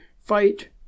fight